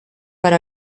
per